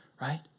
right